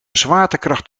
zwaartekracht